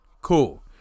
Cool